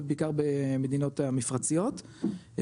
ובעיקר במדינות המפרציות,